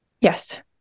Yes